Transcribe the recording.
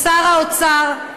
לשר האוצר,